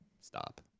stop